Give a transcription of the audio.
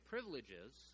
privileges